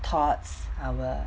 thoughts our